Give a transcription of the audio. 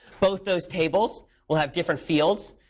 both those tables will have different fields.